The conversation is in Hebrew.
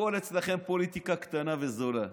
הכול אצלכם פוליטיקה קטנה וזולה.